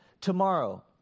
tomorrow